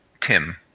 Tim